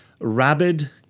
rabid